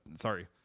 sorry